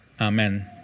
amen